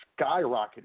skyrocketed